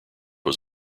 was